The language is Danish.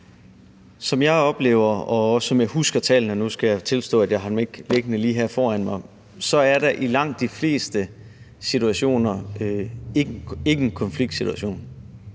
Som jeg oplever det, og som jeg husker tallene – nu skal jeg tilstå, at jeg ikke har dem liggende lige her foran mig – så er der i langt de fleste sager ikke nogen konfliktsituation.